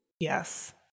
Yes